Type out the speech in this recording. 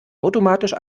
automatisch